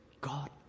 God